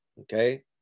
okay